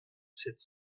sept